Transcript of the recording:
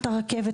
מתחנת הרכבת,